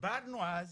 דיברנו אז